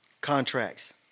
Contracts